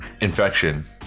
infection